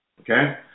Okay